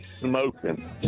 smoking